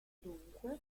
dunque